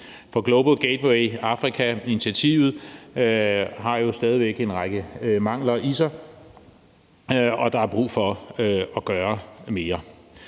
The Global Gateway Africa-initiativet har jo stadig væk en række mangler i sig, og der er brug for at gøre mere.